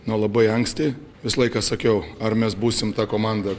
nuo labai anksti visą laiką sakiau ar mes būsim ta komanda